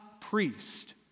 priest